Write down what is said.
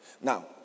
Now